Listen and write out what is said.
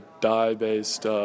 dye-based